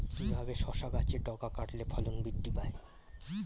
কিভাবে শসা গাছের ডগা কাটলে ফলন বৃদ্ধি পায়?